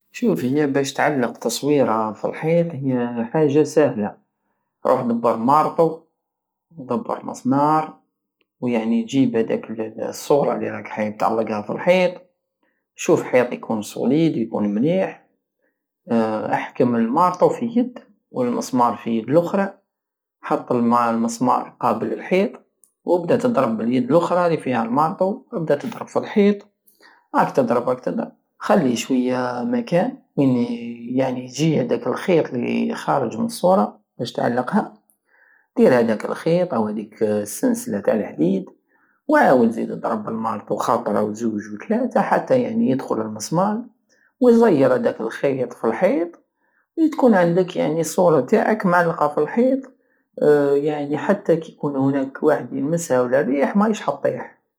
شوف هي بش تعلق تصويرة في الحيط هي حاجة ساهلة روح دبر مارطو ودبر مسمار ويعني جيب هداك الصورة الي راك حايب تعلقها في الحيط شوف حيط صوليد يكون مليح احكم في يد والمسمار في اليد لخرى حط المسمار مقابل الحيط وبدى تدرب باليد لخرى الي فيها المارطو وبدى تدرب في الحيط راك تدرب راك تدرب خلي شوية مكان وين يعني يجي هداك الخيط لي خارج من الصورة بش تعلقهى دير هداك الخيط او هديك السنسلة تع لحديد وعاود زيد ادرب المارطو خطرة وزوج وتلاتة حتى يعني يدخل المسمار وزير هداك الخيط في الحيط تكون عندك يعني الصورة تاعك معلقة في الحيط يعني حتى كي يكون هناك واحد يمسهى ولا الريح مهيش ح طيح